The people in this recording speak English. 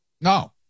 No